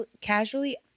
casually